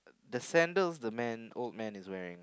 the sandals the man old man is wearing